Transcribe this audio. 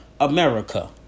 America